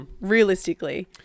Realistically